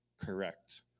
Correct